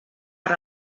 per